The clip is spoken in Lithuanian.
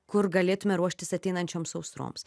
kur galėtume ruoštis ateinančioms sausroms